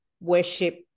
worship